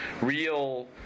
real